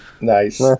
nice